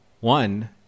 one